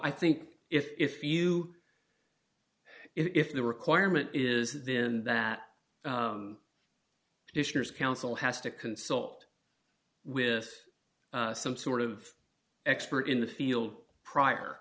i think if you if the requirement is then that counsel has to consult with some sort of expert in the field prior